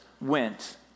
went